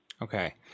Okay